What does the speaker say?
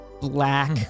black